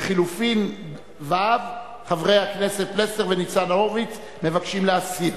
לחלופין ו' חברי הכנסת פלסנר וניצן הורוביץ מבקשים להסיר.